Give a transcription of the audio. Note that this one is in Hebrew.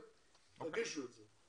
תגישו את זה.